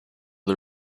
the